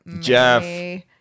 Jeff